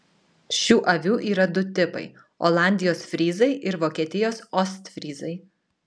šių avių yra du tipai olandijos fryzai ir vokietijos ostfryzai